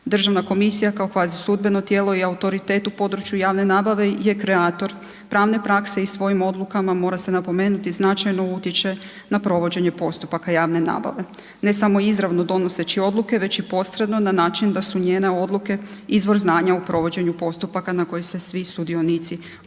Državna komisija kao kvazi sudbeno tijelo i autoritet u području javne nabave je kreator pravne prakse i svojim odlukama, mora se napomenuti, značajno utječe na provođenje postupaka javne nabave, ne samo izravno donoseći odluke, već i posredno na način da su njene odluke izvor znanja u provođenju postupaka na koje se svi sudionici postupaka